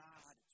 God